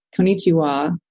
Konichiwa